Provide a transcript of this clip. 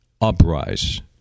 Uprise